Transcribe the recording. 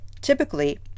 typically